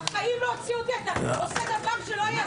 בחיים לא הוציאו אותי, אתה עושה דבר שלא יעשה.